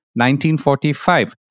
1945